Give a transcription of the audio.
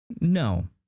No